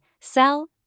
sell